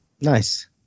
Nice